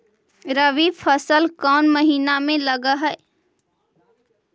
रबी फसल कोन महिना में लग है?